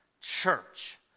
Church